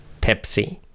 Pepsi